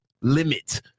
limit